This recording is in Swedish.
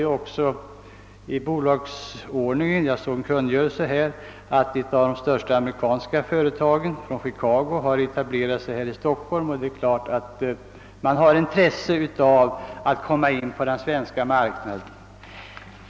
Jag såg i en kungörelse om en bolagsordning att ett av de största amerikanska företagen från Chikago har etablerat sig i Stockholm. Det är klart att man i nuvarande läge har intresse av att komma in på den svenska marknaden.